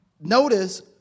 notice